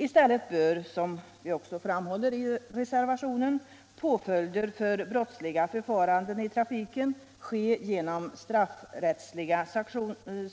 I stället bör, som vi också framhåller i reservationen, påföljder för brottsliga förfaranden i trafiken ske genom straffrättsliga